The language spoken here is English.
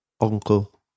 Uncle